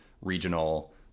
regional